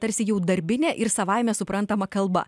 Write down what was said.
tarsi jau darbinė ir savaime suprantama kalba